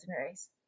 race